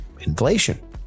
inflation